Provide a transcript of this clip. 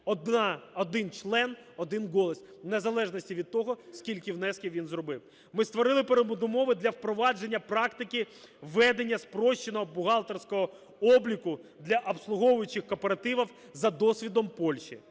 один член - один голос, в незалежності від того, скільки внесків він зробив. Ми створили передумови для впровадження практики введення спрощеного бухгалтерського обліку для обслуговуючих кооперативів за досвідом Польщі.